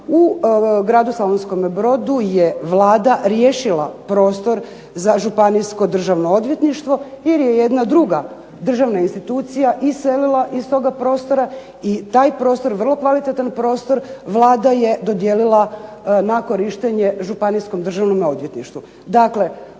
u gradu Slavonskome brodu je Vlada riješila prostor za županijsko državno odvjetništvo jer je jedna druga državna institucija iselila iz toga prostora i taj prostor, vrlo kvalitetan prostor Vlada je dodijelila na korištenje županijskom državnom odvjetništvu.